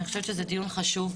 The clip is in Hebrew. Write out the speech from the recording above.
אני חושבת שזה דיון חשוב,